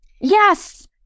Yes